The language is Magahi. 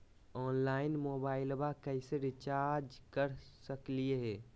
ऑनलाइन मोबाइलबा कैसे रिचार्ज कर सकलिए है?